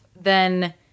then-